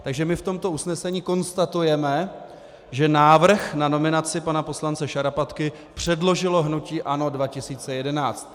Takže my v tomto usnesení konstatujeme, že návrh na nominaci pana poslance Šarapatky předložilo hnutí ANO 2011.